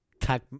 tag